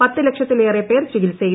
പത്ത് ലക്ഷത്തിലേറെ പേർ ചികിത്സയിൽ